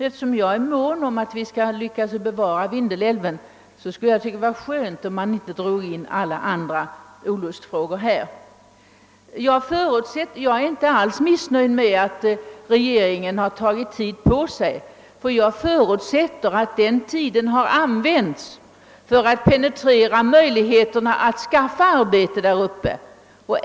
Eftersom jag är mån om att vi skall lyckas bevara Vindelälven, skulle jag finna det skönt om de lät bli sådant. Jag är inte alls missnöjd med att regeringen har tagit tid på sig, ty jag förutsätter att denna tid har använts för att penetrera möjligheterna att skaffa arbete där uppe.